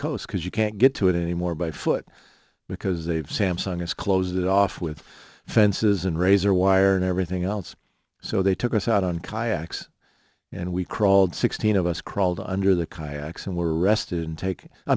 coast because you can't get to it anymore by foot because they've samsung is closed off with fences and razor wire and everything else so they took us out on kayaks and we crawled sixteen of us crawled under the kayaks and were arrested and taken i